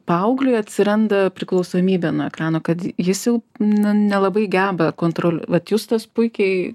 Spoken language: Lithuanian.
paaugliui atsiranda priklausomybė nuo ekrano kad jis jau na nelabai geba kontrol vat justas puikiai